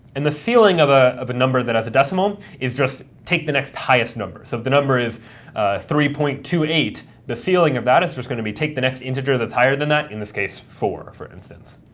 and the ceiling of ah a number that has a decimal is just take the next highest number. so if the number is three point two eight, the ceiling of that is just going to be, take the next integer that's higher than that, in this case, four for instance.